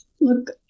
look